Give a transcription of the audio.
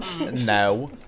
no